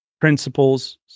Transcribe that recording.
principles